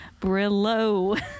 Brillo